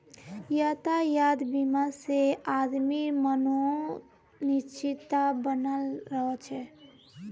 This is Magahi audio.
यातायात बीमा से आदमीर मनोत् निश्चिंतता बनाल रह छे